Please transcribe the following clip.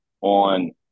on